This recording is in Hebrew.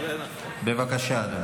בבקשה, אדוני.